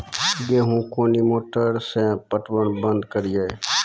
गेहूँ कोनी मोटर से पटवन बंद करिए?